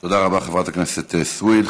תודה רבה, חברת הכנסת סויד.